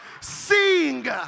Sing